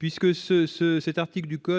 du code